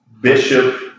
Bishop